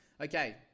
Okay